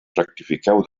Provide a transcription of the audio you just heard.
rectifiqueu